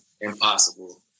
impossible